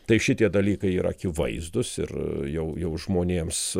tai šitie dalykai yra akivaizdūs ir jau jau žmonėms